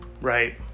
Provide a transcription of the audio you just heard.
Right